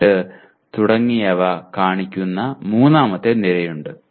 8 തുടങ്ങിയവ കാണിക്കുന്ന മൂന്നാമത്തെ നിരയുണ്ട്